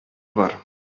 бар